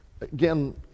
again